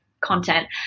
content